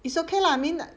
it's okay lah I mean like